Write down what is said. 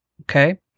Okay